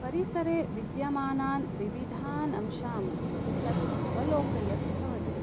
परिसरे विद्यमानान् विविधान् अंशान् तत् अवलोकयत् भवति